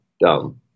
Dumb